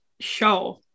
Show